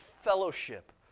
fellowship